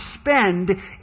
spend